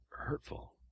hurtful